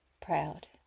proud